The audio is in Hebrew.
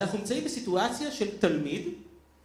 אנחנו נמצאים בסיטואציה של תלמיד,